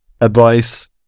advice